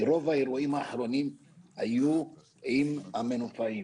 כי רוב האירועים האחרונים היו עם המנופאים.